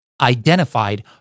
identified